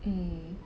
mm